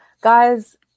guys